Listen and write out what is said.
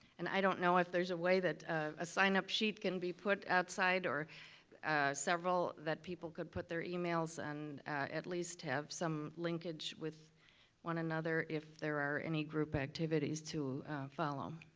and i don't know if there's a way that a sign-up sheet can be put outside or several that people can put their emails and at least have some linkage with one another if there are any group activities to follow.